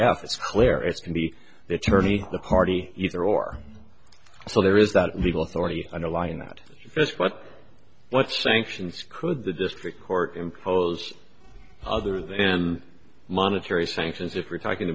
it's clear as can be the attorney the party either or so there is that legal authority underlying that first what what sanctions could the district court impose other than monetary sanctions if we're talking